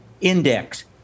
index